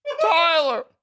Tyler